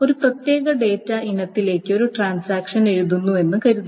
ഒരു പ്രത്യേക ഡാറ്റ ഇനത്തിലേക്ക് ഒരു ട്രാൻസാക്ഷൻ എഴുതുന്നുവെന്ന് കരുതുക